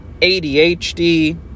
ADHD